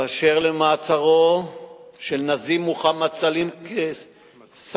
באשר למעצרו של נאזם אבו סלים סאכפה,